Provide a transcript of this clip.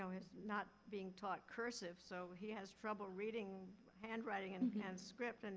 know, is not being taught cursive. so he has trouble reading handwriting and and script. and